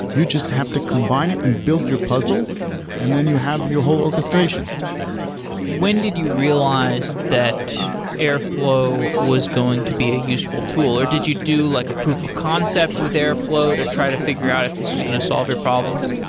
you just have to combine it and build your puzzle and then you have your whole orchestration when did you realize that airflow was going to be a useful tool? or did you do like a proof of concept with airflow to try to figure out if this was going to solve your problems?